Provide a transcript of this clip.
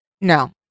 No